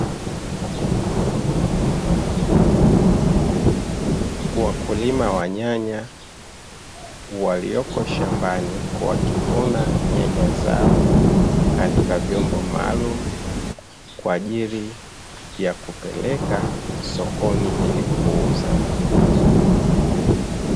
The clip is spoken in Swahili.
Wakulima wa nyanya walioko shambani wakivuna nyanya zao katima vyomba maalumu, kwa ajili ya kupeleka sokoni ili kuuza.